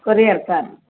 courier card